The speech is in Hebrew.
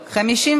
נתקבלה.